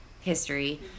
history